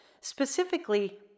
specifically